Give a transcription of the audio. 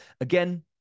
Again